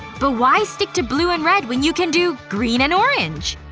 but why stick to blue and red when you can do green and orange?